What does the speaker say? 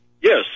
Yes